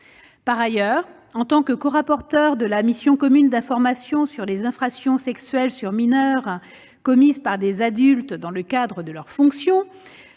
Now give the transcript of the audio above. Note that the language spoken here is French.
Par ailleurs, en tant que corapporteure de la mission commune d'information sur les infractions sexuelles sur mineurs commises par des adultes dans le cadre de leurs fonctions,